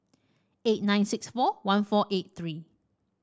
eight nine six four one four eight three